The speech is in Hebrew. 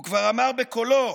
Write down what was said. הוא כבר אמר בקולו: